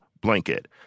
blanket